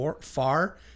far